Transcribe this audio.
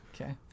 Okay